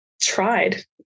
tried